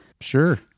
Sure